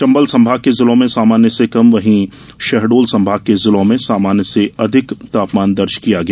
चंबल संभाग के जिलों में सामान्य से कम वहीं शहडोल संभाग के जिलों में सामान्य से काफी अधिक दर्ज किया गया